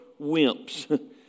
wimps